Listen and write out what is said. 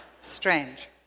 Strange